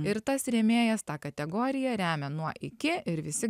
ir tas rėmėjas tą kategoriją remia nuo iki ir visi